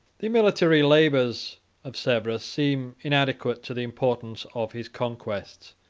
the military labors of severus seem inadequate to the importance of his conquests.